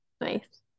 nice